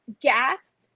gasped